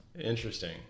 Interesting